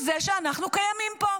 היא זה שאנחנו קיימים פה.